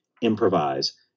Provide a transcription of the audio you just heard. improvise